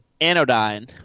Anodyne